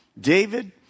David